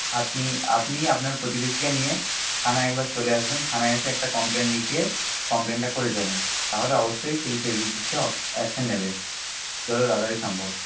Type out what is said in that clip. আপনি আপনি আপনার প্রতিবেশীকে নিয়ে থানায় একবার চলে আসবেন থানায় এসে একটা কমপ্লেন লিখিয়ে কমপ্লেনটা করে যাবেন তাহলে অবশ্যই পুলিশ এর বিরুদ্ধে অ্যাকশন নেবে যত তাড়াতাড়ি সম্ভব